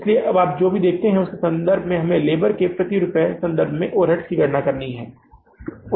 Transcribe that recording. इसलिए अब आप जो देखते हैं उसके संबंध में हम लेबर के प्रति रुपया के संबंध में ओवरहेड्स की गणना करने जा रहे हैं